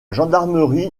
gendarmerie